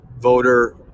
voter